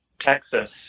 Texas